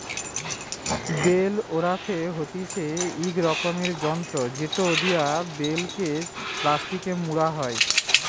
bell wrapper হতিছে ইক রকমের যন্ত্র জেটো দিয়া বেল কে প্লাস্টিকে মোড়া হই